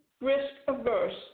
risk-averse